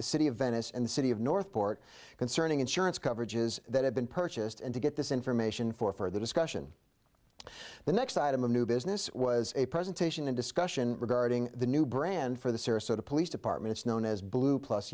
the city of venice and the city of northport concerning insurance coverage is that have been purchased and to get this information for further discussion the next item of new business was a presentation and discussion regarding the new brand for the sarasota police departments known as blue plus